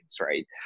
Right